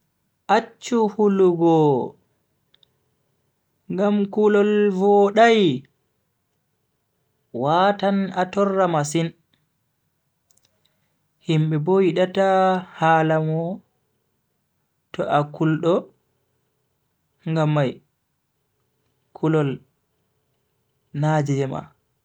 Acchu hulugo, ngam kulol vodai watan a torra masin. himbe bo yidata hala ma to a kuldo ngam mai kulol na jema.